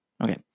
okay